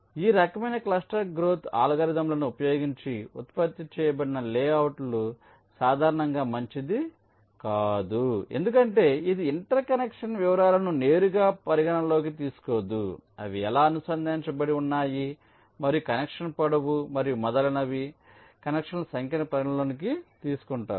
ఈ రకమైన cluster growth అల్గోరిథంలను ఉపయోగించి ఉత్పత్తి చేయబడిన లేఅవుట్ సాధారణంగా మంచిది కాదు ఎందుకంటే ఇది ఇంటర్ కనెక్షన్ వివరాలను నేరుగా పరిగణనలోకి తీసుకోదు అవి ఎలా అనుసంధానించబడి ఉన్నాయి మరియు కనెక్షన్ పొడవు మరియు మొదలైనవి కనెక్షన్ల సంఖ్యను పరిగణనలోకి తీసుకుంటారు